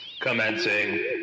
commencing